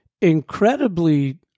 incredibly